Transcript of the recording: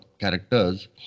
characters